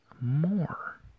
more